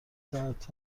ساعت